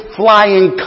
flying